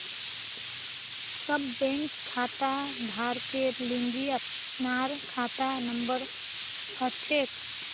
सब बैंक खाताधारकेर लिगी अपनार खाता नंबर हछेक